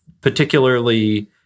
particularly